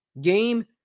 Game